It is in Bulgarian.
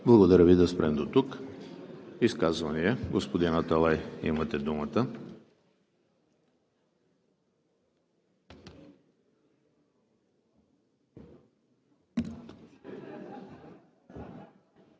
Благодаря Ви, да спрем дотук. Изказвания? Господин Аталай, имате думата.